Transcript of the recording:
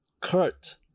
Kurt